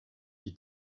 qui